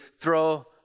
throw